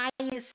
highest